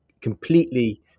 completely